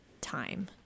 time